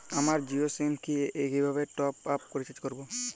আমার জিও সিম এ কিভাবে টপ আপ রিচার্জ করবো?